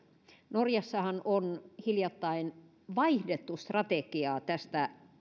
norjassahan on hiljattain vaihdettu strategiaa tästä